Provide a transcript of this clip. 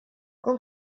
con